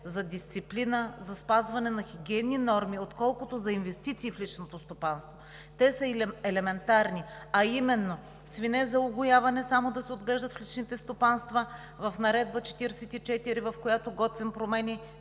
за дисциплина, за спазване на хигиенни норми, отколкото за инвестиции в личното стопанство. Те са елементарни, а именно: свине за угояване да се отглеждат само в личните стопанства – в Наредба № 4, в която готвим промени,